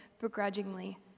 begrudgingly